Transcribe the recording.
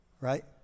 right